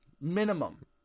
minimum